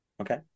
okay